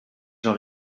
jean